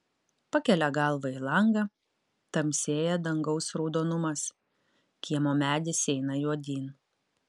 pakelia galvą į langą tamsėja dangaus raudonumas kiemo medis eina juodyn